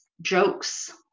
jokes